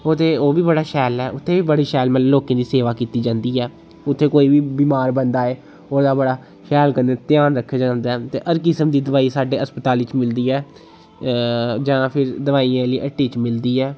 ओह् ते ओह् बी बड़ा शैल ऐ उत्थे बी बड़ी शैल लोकें दी सेवा कीती जांदी ऐ उत्थे कोई बी बीमार बंदा आए ओह्दा बडा शैल कन्नै ध्यान रक्खेआ जंदा ऐ ते हर किस्म दी दवाई साड्डे हस्पतालें च मिलदी ऐ जां फ्ही दवाई आह्ली हट्टी च मिलदी ऐ